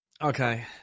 Okay